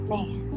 Man